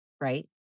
right